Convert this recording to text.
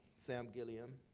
sam gilliam,